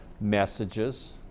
messages